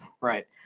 right